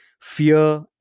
fear